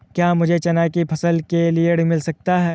क्या मुझे चना की फसल के लिए ऋण मिल सकता है?